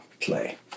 play